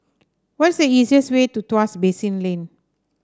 what is the easiest way to Tuas Basin Lane